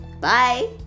Bye